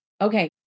Okay